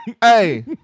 Hey